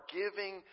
giving